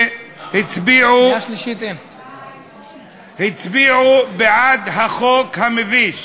שהצביעו בעד החוק המביש.